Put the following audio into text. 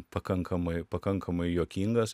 pakankamai pakankamai juokingas